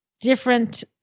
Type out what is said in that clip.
different